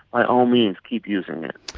by all means keep using it.